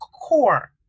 core